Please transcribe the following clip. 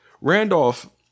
Randolph